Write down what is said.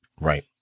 Right